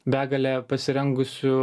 begalę pasirengusių